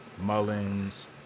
Mullins